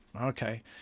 Okay